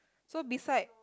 so beside